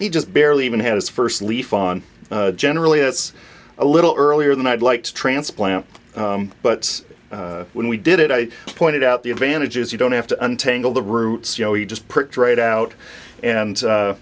he just barely even had his first leaf on generally it's a little earlier than i'd like to transplant but when we did it i pointed out the advantages you don't have to untangle the roots you know you just put dried out and